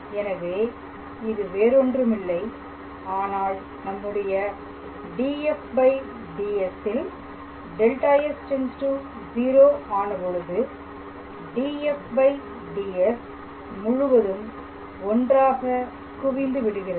எனவே இது வேறொன்றுமில்லை ஆனால் நம்முடைய dfds ல் δs → 0 ஆன பொழுது dfds முழுவதும் ஒன்றாக குவிந்து விடுகிறது